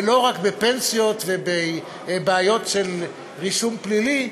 ולא רק בפנסיות ובבעיות של רישום פלילי,